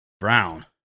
brown